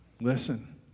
Listen